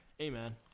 Amen